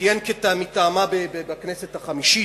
כיהן מטעמה בכנסת החמישית,